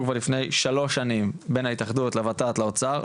לפני שלוש שנים בין ההתאחדות לות"ת ולאוצר,